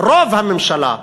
רוב הממשלה,